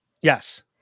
Yes